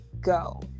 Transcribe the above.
go